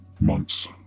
months